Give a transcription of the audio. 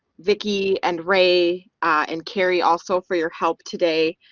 vickie and ray and carrie also for your help today.